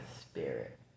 spirit